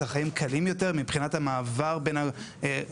החיים קלים יותר מבחינת המעבר בין הרגולטורים,